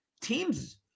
teams